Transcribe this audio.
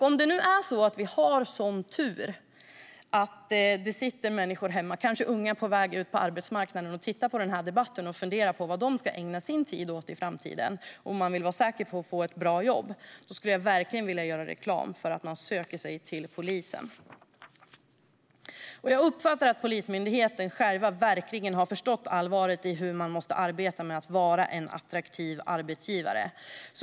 Om vi har en sådan tur att det sitter människor hemma, kanske unga på väg ut på arbetsmarknaden, och tittar på debatten och funderar på vad de ska ägna sin tid åt i framtiden, om de vill vara säkra på att få ett bra jobb, skulle jag verkligen vilja göra reklam för att man söker sig till polisen. Jag uppfattar att Polismyndigheten själv verkligen har förstått allvaret i hur man måste arbeta med att vara en attraktiv arbetsgivare.